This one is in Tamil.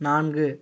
நான்கு